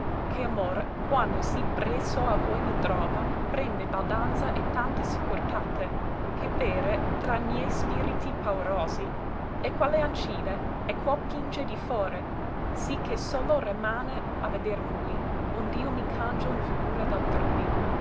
ché amor quando sì presso a voi mi trova prende baldanza e tanta securtate che fère tra miei spiriti paurosi e quale ancide e qual pinge di fore sì che solo remane a veder vui ond'io mi cangio in figura d'altrui